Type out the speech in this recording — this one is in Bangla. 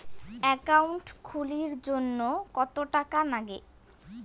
একাউন্ট খুলির জন্যে কত টাকা নাগে?